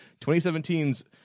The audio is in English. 2017's